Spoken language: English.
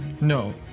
No